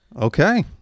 Okay